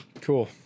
cool